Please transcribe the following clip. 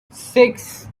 six